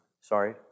sorry